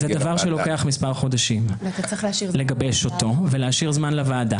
-- זה דבר שלוקח מספר חודשים לגבש אותו ולהשאיר זמן לוועדה.